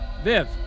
Viv